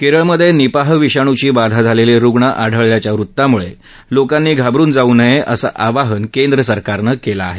केरळमधे निपाह विषाणूची बाधा झालेले रुग्ण आढळल्याच्या वृत्ताम्ळे लोकांनी घाबरून जाऊ नये असं आवाहन केंद्रसरकारनं केलं आहे